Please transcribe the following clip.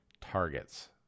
targets